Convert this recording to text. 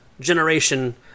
generation